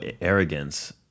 arrogance